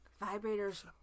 Vibrators